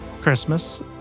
Christmas